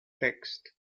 text